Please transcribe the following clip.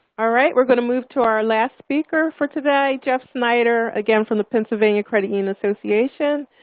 all right. we're going to move to our last speaker for today, jeff snyder, again from the pennsylvania credit union association.